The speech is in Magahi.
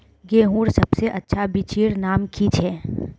गेहूँर सबसे अच्छा बिच्चीर नाम की छे?